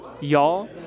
y'all